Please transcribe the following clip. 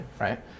right